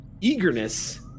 eagerness